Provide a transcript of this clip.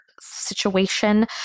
situation